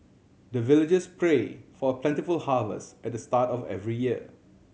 the villagers pray for plentiful harvest at the start of every year